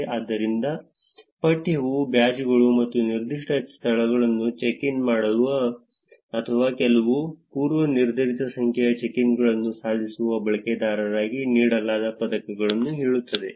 ಆದ್ದರಿಂದ ಪಠ್ಯವು ಬ್ಯಾಡ್ಜ್ಗಳು ಅಥವಾ ನಿರ್ದಿಷ್ಟ ಸ್ಥಳಗಳಲ್ಲಿ ಚೆಕ್ ಇನ್ ಮಾಡುವ ಅಥವಾ ಕೆಲವು ಪೂರ್ವನಿರ್ಧರಿತ ಸಂಖ್ಯೆಯ ಚೆಕ್ ಇನ್ಗಳನ್ನು ಸಾಧಿಸುವ ಬಳಕೆದಾರರಿಗೆ ನೀಡಲಾದ ಪದಕಗಳನ್ನು ಹೇಳುತ್ತದೆ